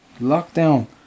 Lockdown